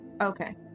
Okay